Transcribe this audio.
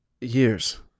Years